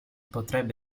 potrebbe